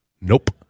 Nope